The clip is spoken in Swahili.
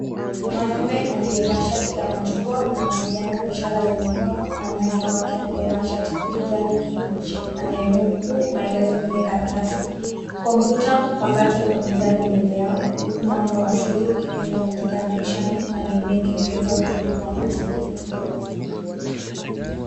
Mwanaume aliyevaa shati la machungwa anawasiliana kwa ishara za mikono na mwenza wake aliyevaa shati la kijani kibichi ananukuu maelezo kwenye karatasi, kompyuta mpakato iko mezanimbele yao huku mwanga wa asili ukipenya kutoka dirishani na mimea ikiongeza utulivu wa mazingira.